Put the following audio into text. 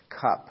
cup